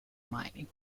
mining